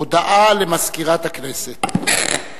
הודעה למזכירת הכנסת.